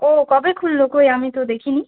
ও কবে খুলল কই আমি তো দেখিনি